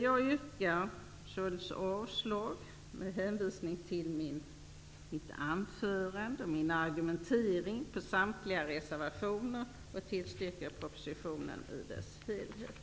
Jag yrkar således, med hänvisning till mitt anförande och min argumentering, avslag på samtliga reservationer, och jag tillstyrker propositionen i dess helhet.